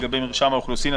לגבי מרשם האוכלוסין.